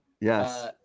Yes